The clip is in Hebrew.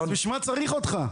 בשביל מה צריך אותך?